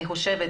לדעתי,